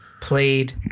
played